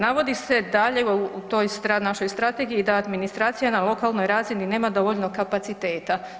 Navodi se dalje u toj našoj strategiji da administracija na lokalnoj razini nema dovoljno kapaciteta.